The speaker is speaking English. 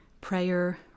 prayer